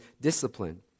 discipline